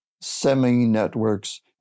semi-networks